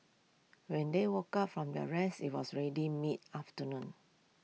when they woke up from their rest IT was ready mid afternoon